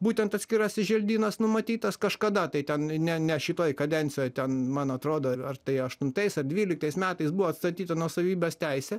būtent atskirasis želdynas numatytas kažkada tai ten ne ne šitoj kadencijoj ten man atrodo ar tai aštuntais ar dvyliktais metais buvo atstatyta nuosavybės teisė